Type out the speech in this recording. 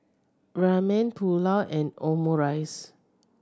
Ramen Pulao and Omurice